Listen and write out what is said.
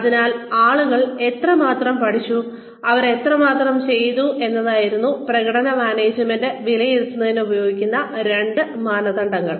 അതിനാൽ ആളുകൾ എത്രമാത്രം പഠിച്ചു അവർ എത്രമാത്രം ചെയ്തു എന്നതായിരുന്നു പ്രകടന മാനേജ്മെന്റ് വിലയിരുത്തുന്നതിന് ഉപയോഗിക്കുന്ന രണ്ട് മാനദണ്ഡങ്ങൾ